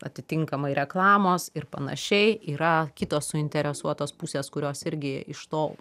atitinkamai reklamos ir panašiai yra kitos suinteresuotos pusės kurios irgi iš to